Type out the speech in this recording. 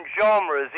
genres